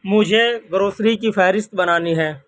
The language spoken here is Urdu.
مجھے گروسری کی فہرست بنانی ہے